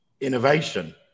innovation